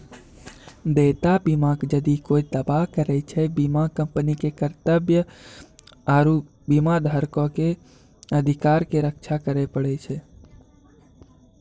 देयता बीमा मे जदि कोय दावा करै छै, बीमा कंपनी के कर्तव्य आरु बीमाधारको के अधिकारो के रक्षा करै पड़ै छै